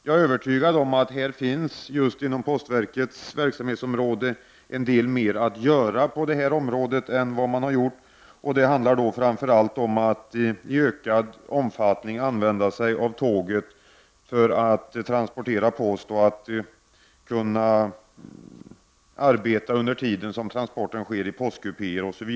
Jag är övertygad om att det just inom postverkets verksamhetsområde finns mer att göra än vad man har gjort, och det handlar framför allt om att i ökad omfattning använda tåg för att transportera post, där man i postkupéer kan arbeta under tiden som transporten sker.